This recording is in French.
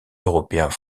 européens